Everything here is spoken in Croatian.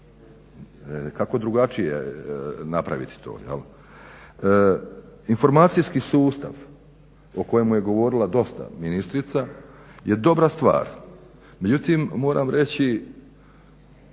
Kako drugačije napraviti to? Informacijski sustav o kojemu je govorila dosta ministrica je dobra stvar. Međutim, moram reći